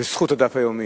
ובזכות הדף היומי.